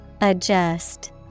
Adjust